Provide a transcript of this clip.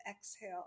exhale